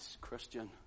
Christian